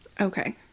Okay